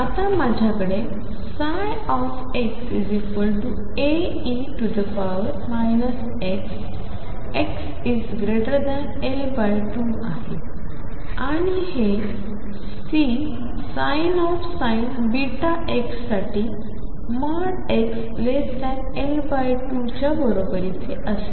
तर माझ्याकडे xA e αx xL2 आहे आणि हे काही Csin βx साठीxL2 च्या बरोबरीचे आहे